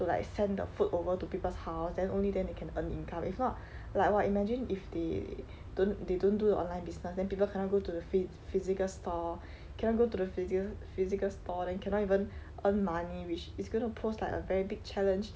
to like send the food over to people's house then only then they can earn income if not like !wah! imagine if they don't they don't do the online business then people cannot go to the phy~ physical store cannot go to the physical physical store then cannot even earn money which is going to pose like a very big challenge